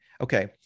Okay